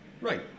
Right